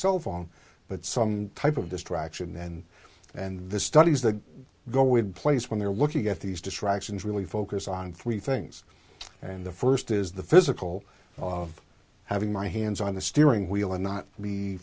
cell phone but some type of distraction then and the studies that go in place when they're looking at these distractions really focus on three things and the first is the physical of having my hands on the steering wheel and not be